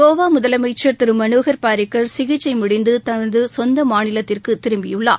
கோவா முதலமைச்சர் திரு மனோகர் பாரிகள் சிகிச்சை முடிந்து தனது சொந்த மாநிலத்திற்கு திரும்பியுள்ளார்